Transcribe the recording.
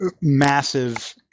Massive